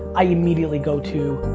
i immediately go to,